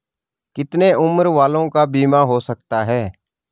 कितने उम्र वालों का बीमा हो सकता है?